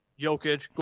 Jokic